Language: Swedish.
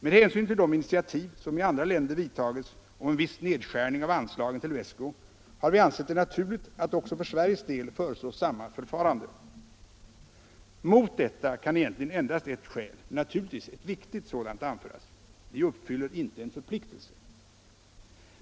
Med hänsyn till de initiativ som i andra länder tagits för en viss nedskärning av anslagen till UNESCO har vi ansett det naturligt att också för Sveriges del föreslå samma förfarande. Mot detta kan egentligen endast ett skäl — men det är naturligtvis ett viktigt sådant — anföras: Vi uppfyller inte vår förpliktelse.